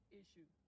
issue